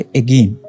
again